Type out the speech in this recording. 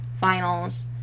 finals